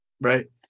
right